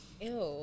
ew